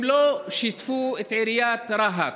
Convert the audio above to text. הם לא שיתפו את עיריית רהט.